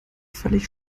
völlig